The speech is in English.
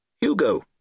Hugo